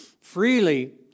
Freely